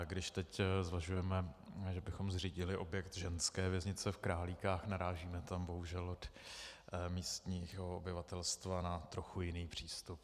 Když teď zvažujeme, že bychom zřídili objekt ženské věznice v Králíkách, narážíme tam bohužel od místního obyvatelstva na trochu jiný přístup.